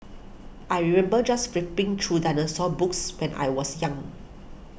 I remember just flipping through dinosaur books when I was young